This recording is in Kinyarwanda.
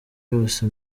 yose